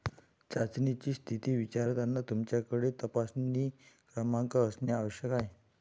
चाचणीची स्थिती विचारताना तुमच्याकडे तपासणी क्रमांक असणे आवश्यक आहे